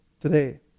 today